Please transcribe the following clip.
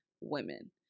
women